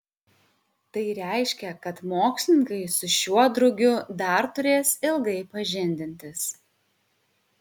tai reiškia kad mokslininkai su šiuo drugiu dar turės ilgai pažindintis